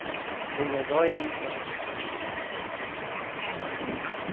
ᱴᱷᱤᱠ ᱜᱮᱭᱟ ᱫᱚᱦᱚᱭᱤᱫᱟᱹᱧ ᱠᱚᱞ ᱦᱮᱸ